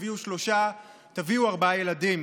תביאו שלושה תביאו ארבעה ילדים".